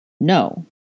No